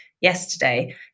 yesterday